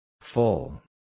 Full